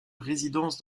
résidence